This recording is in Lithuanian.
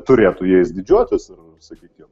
turėtų jais didžiuotis ir sakykim